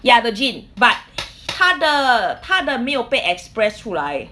ya the gene but 他的他的没有被 express 出来